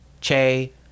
Che